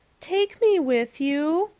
take me with you,